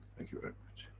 thank you very much.